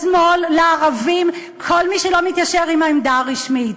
לשמאל, לערבים, כל מי שלא מתיישר עם העמדה הרשמית.